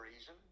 reason